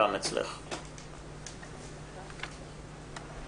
ובאותו הינף קולמוס להודות גם לכל חברי